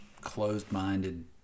closed-minded